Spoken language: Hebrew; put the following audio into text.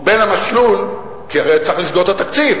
ובין המסלול, כי אחרת צריך לסגור את התקציב,